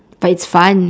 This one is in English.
but it's fun